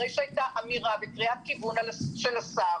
אחרי שהייתה אמירה וקריאת כיוון של השר,